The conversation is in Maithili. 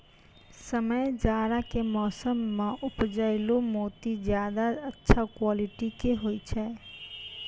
समय जाड़ा के मौसम मॅ उपजैलो मोती ज्यादा अच्छा क्वालिटी के होय छै